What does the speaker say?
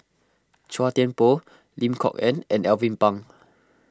Chua Thian Poh Lim Kok Ann and Alvin Pang